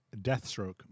Deathstroke